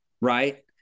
right